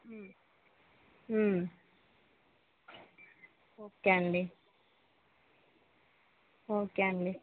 okay అండి okay అండి